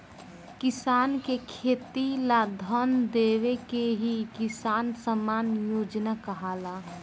किसान के खेती ला धन देवे के ही किसान सम्मान योजना कहाला